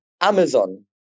Amazon